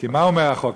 כי מה אומר החוק?